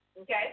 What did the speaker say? Okay